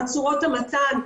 את צורות המתן,